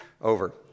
over